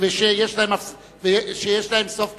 ושיש להן סוף פסוק,